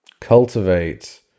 cultivate